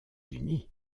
unis